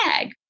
bag